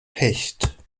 hecht